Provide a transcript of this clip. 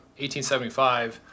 1875